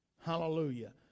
Hallelujah